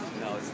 No